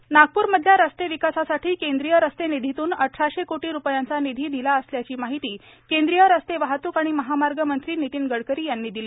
नितीन गडकरी नागप्रमधल्या रस्ते विकासांसाठी केंद्रीय रस्ते निधीतून अठराशे कोटी रुपयांचा निधी दिला असल्याची माहिती केंद्रीय रस्ते वाहतूक आणि महामार्ग मंत्री नितीन गडकरी यांनी दिली